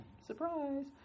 Surprise